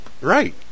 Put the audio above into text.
Right